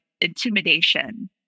intimidation